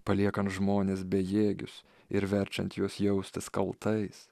paliekant žmones bejėgius ir verčiant juos jaustis kaltais